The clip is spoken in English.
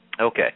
Okay